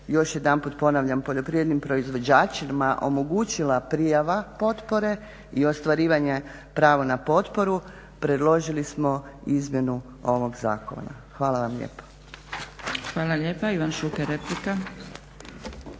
još jedanput ponavljam poljoprivrednim proizvođačima omogućila prijava potpore i ostvarivanja pravo na potporu predložili smo izmjenu ovog zakona. Hvala vam lijepo. **Zgrebec, Dragica